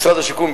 משרד השיכון,